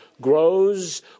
grows